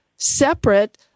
separate